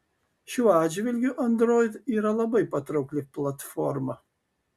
šiuo atžvilgiu android yra labai patraukli platforma